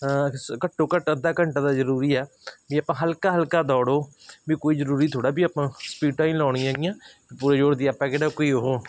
ਘੱਟੋ ਘੱਟ ਅੱਧਾ ਘੰਟਾ ਤਾਂ ਜ਼ਰੂਰੀ ਆ ਵੀ ਆਪਾਂ ਹਲਕਾ ਹਲਕਾ ਦੌੜੋ ਵੀ ਕੋਈ ਜ਼ਰੂਰੀ ਥੋੜ੍ਹਾ ਵੀ ਆਪਾਂ ਸਪੀਡਾਂ ਹੀ ਲਾਉਣੀਆਂ ਹੈਗੀਆਂ ਪੂਰੇ ਜ਼ੋਰ ਦੀ ਆਪਾਂ ਕਿਹੜਾ ਕੋਈ ਉਹ